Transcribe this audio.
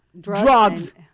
Drugs